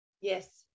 Yes